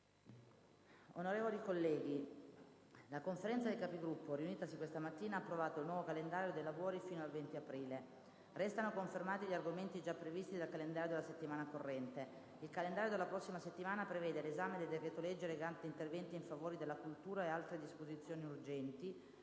Onorevoli colleghi, la Conferenza dei Capigruppo, riunitasi questa mattina, ha approvato il nuovo calendario dei lavori fino al 20 aprile. Restano confermati gli argomenti già previsti dal calendario della settimana corrente. Il calendario della prossima settimana prevede l'esame del decreto-legge recante interventi in favore della cultura e altre disposizioni urgenti,